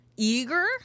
eager